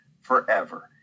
forever